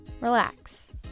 relax